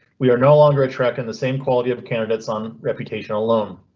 we are no longer attract in the same quality of the candidates on reputation alone.